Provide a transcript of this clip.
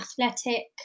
athletic